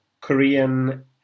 Korean